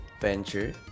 Venture